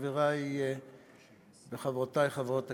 חברי וחברותי חברי הכנסת,